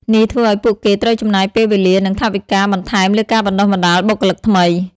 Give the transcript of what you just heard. នេះធ្វើឱ្យពួកគេត្រូវចំណាយពេលវេលា និងថវិកាបន្ថែមលើការបណ្តុះបណ្តាលបុគ្គលិកថ្មី។